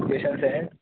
special set